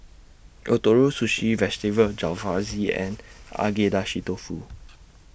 Ootoro Sushi Vegetable Jalfrezi and Agedashi Dofu